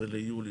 ה-15 ביולי,